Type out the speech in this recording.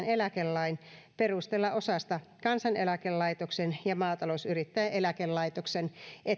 eläkelain perusteella osasta kansaneläkelaitoksen ja maatalousyrittäjien eläkelaitoksen etuusmenoista